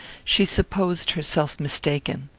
she supposed herself mistaken.